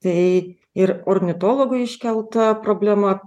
tai ir ornitologų iškelta problema